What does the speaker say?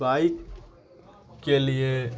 bike کے لیے